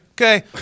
Okay